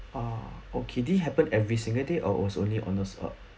uh okay did it happen every single day or was only honest a